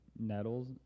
Nettles